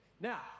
Now